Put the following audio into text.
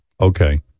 Okay